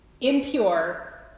impure